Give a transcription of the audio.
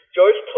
George